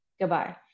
Goodbye